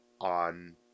on